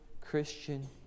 Christian